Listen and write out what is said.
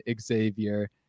Xavier